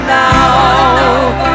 now